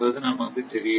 என்பது நமக்குத் தெரியும்